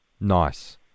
Nice